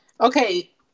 okay